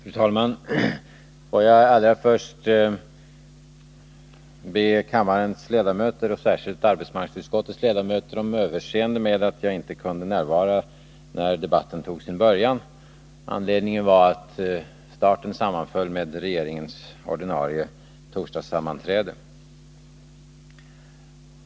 Fru talman! Får jag allra först be kammarens ledamöter och särskilt arbetsmarknadsutskottets ledamöter om överseende med att jag inte kunde närvara när debatten tog sin början. Anledningen var att starten sammanföll med regeringens ordinarie torsdagssammanträde.